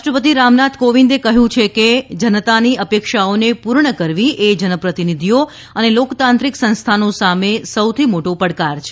રાષ્ટ્રપતિ રામનાથ કોવિંદે કહ્યુ છે કે જનતાની અપેક્ષાઓને પૂર્ણ કરવી એ જનપ્રતિનિધિઓ અને લોકતાંત્રિક સંસ્થાનો સામે સૌથી મોટો પડકાર છે